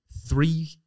three